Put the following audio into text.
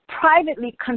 privately